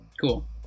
Cool